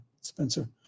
Spencer